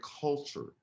culture